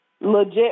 Legit